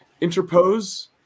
Interpose